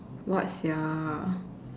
what sia